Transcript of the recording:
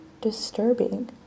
disturbing